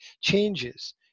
changes